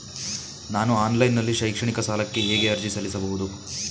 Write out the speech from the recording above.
ನಾನು ಆನ್ಲೈನ್ ನಲ್ಲಿ ಶೈಕ್ಷಣಿಕ ಸಾಲಕ್ಕೆ ಹೇಗೆ ಅರ್ಜಿ ಸಲ್ಲಿಸಬಹುದು?